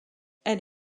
elle